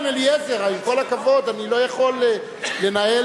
הפלסטינית, חבר הכנסת ברכה, אני קורא לך לסדר